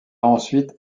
ensuite